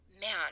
man